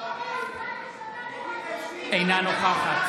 אינה נוכחת